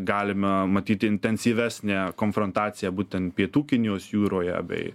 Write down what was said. galime matyti intensyvesnę konfrontaciją būtent pietų kinijos jūroje bei